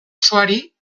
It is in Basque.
osoari